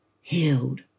healed